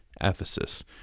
Ephesus